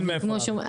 כמו שאומרים,